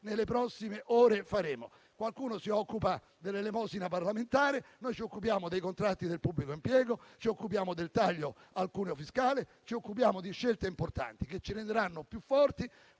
nelle prossime ore faremo. Qualcuno si occupa dell'elemosina parlamentare: noi ci occupiamo dei contratti del pubblico impiego, del taglio al cuneo fiscale, di scelte importanti che ci renderanno più forti